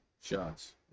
shots